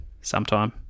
sometime